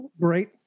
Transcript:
Great